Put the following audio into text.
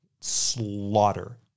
Slaughter